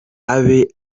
abe